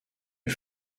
est